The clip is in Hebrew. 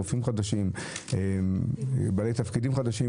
יש רופאים חדשים ובעלי תפקידים חדשים,